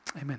Amen